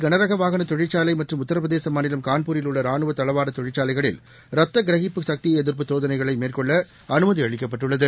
கனரக வாகன தொழிற்சாலை மற்றும் உத்தரப்பிரதேச மாநிலம் கான்பூரில் உள்ள ரானுவ தளவாட தொழிற்சாலைகளில் ரத்த கிரகிப்பு சக்தி எதிா்ப்பு சோதனைகளை மேற்கொள்ள அனுமதி அளிக்கப்பட்டுள்ளது